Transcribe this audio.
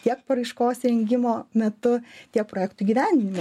tiek paraiškos rengimo metu tiek projekto įgyvendinimo